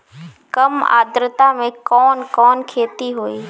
कम आद्रता में कवन कवन खेती होई?